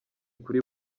kuri